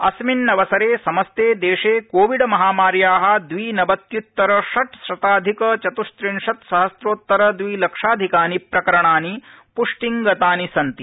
अस्मिन्नवसरे समस्ते देशे कोविड महामार्या द्वि नवत्यूत्तर षट् शताधिक चतृखिंशत् सहम्रोत्तर द्वि लक्षाधिकानि प्रकरणानि पुष्टिङ्गतानि सन्ति